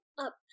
up